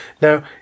Now